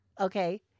okay